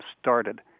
started